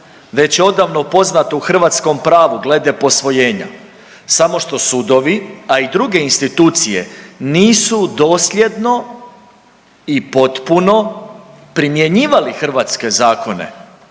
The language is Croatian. već je odavno poznato u hrvatskom pravu glede posvojenje samo što sudovi, a i druge institucije nisu dosljedno i potpuno primjenjivali hrvatske zakone